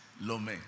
Lome